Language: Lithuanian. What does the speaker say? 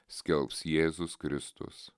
skelbs jėzus kristus